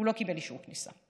הוא לא קיבל אישור כניסה.